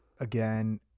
again